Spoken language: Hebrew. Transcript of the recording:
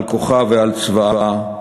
על כוחה ועל צבאה,